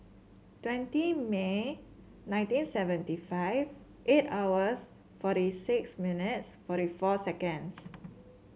twenty May nineteen seventy five eight hours forty six minutes forty four seconds